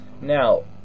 Now